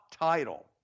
title